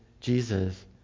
Jesus